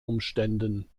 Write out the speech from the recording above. umständen